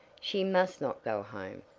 she must not go home,